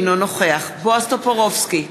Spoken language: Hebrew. אינו נוכח בועז טופורובסקי,